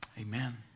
Amen